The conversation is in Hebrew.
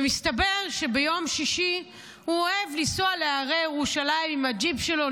ומסתבר שביום שישי הוא אוהב לנסוע להרי ירושלים עם הג'יפ שלו,